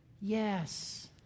yes